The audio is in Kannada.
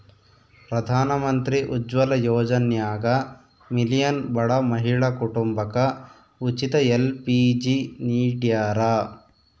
ಪ್ರಧಾನಮಂತ್ರಿ ಉಜ್ವಲ ಯೋಜನ್ಯಾಗ ಮಿಲಿಯನ್ ಬಡ ಮಹಿಳಾ ಕುಟುಂಬಕ ಉಚಿತ ಎಲ್.ಪಿ.ಜಿ ನಿಡ್ಯಾರ